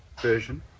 Version